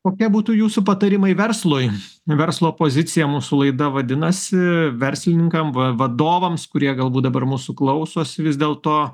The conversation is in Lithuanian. kokie būtų jūsų patarimai verslui verslo pozicija mūsų laida vadinasi verslininkam va va vadovams kurie galbūt dabar mūsų klausosi vis dėl to